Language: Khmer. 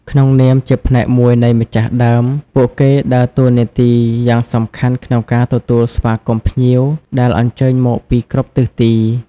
ក្នុងនាមជាផ្នែកមួយនៃម្ចាស់ដើម ពួកគេដើរតួនាទីយ៉ាងសំខាន់ក្នុងការ ទទួលស្វាគមន៍ភ្ញៀវ ដែលអញ្ជើញមកពីគ្រប់ទិសទី។